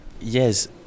Yes